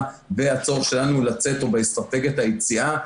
ובצורך שלנו לצאת באסטרטגיית היציאה.